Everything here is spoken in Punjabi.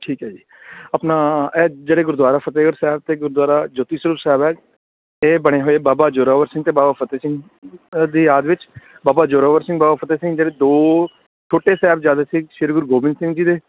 ਠੀਕ ਹੈ ਜੀ ਆਪਣਾ ਐਂ ਜਿਹੜੇ ਗੁਰਦੁਆਰਾ ਫਤਿਹਗੜ੍ਹ ਸਾਹਿਬ ਅਤੇ ਗੁਰਦੁਆਰਾ ਜੋਤੀ ਸਰੂਪ ਸਾਹਿਬ ਹੈ ਇਹ ਬਣੇ ਹੋਏ ਬਾਬਾ ਜ਼ੋਰਾਵਰ ਸਿੰਘ ਅਤੇ ਬਾਬਾ ਫਤਿਹ ਸਿੰਘ ਦੀ ਯਾਦ ਵਿੱਚ ਬਾਬਾ ਜ਼ੋਰਾਵਰ ਸਿੰਘ ਬਾਬਾ ਫਤਿਹ ਸਿੰਘ ਜਿਹੜੇ ਦੋ ਛੋਟੇ ਸਾਹਿਬਜ਼ਾਦੇ ਸੀ ਸ਼੍ਰੀ ਗੁਰੂ ਗੋਬਿੰਦ ਸਿੰਘ ਜੀ ਦੇ